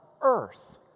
earth